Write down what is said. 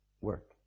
work